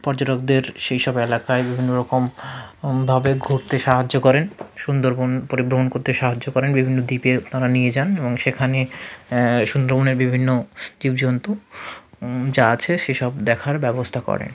পর্যটকদের সেই সব এলাকায় বিভিন্ন রকমভাবে ঘুরতে সাহায্য করেন সুন্দরবন পরিভ্রমণ করতে সাহায্য করেন বিভিন্ন দ্বীপেও তারা নিয়ে যান এবং সেখানে সুন্দরবনের বিভিন্ন জীবজন্তু যা আছে সেসব দেখার ব্যবস্থা করে